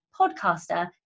podcaster